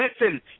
Listen